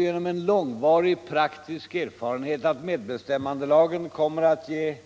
Genom en långvarig praktisk erfarenhet vet de ju att medbestämmandelagen kommer att ge